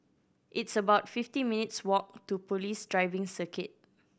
it's about fifty minutes' walk to Police Driving Circuit